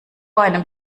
einem